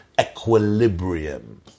equilibrium